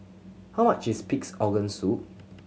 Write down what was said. how much is Pig's Organ Soup